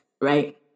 Right